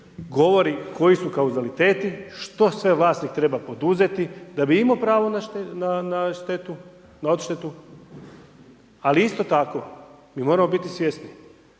govori koji su klazauliteti, što sve vlasnik treba poduzeti da bi imao pravo na odštetu, ali isto tako, mi moramo biti svjesni,